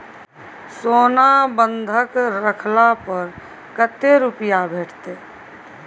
सोना बंधक रखला पर कत्ते रुपिया भेटतै?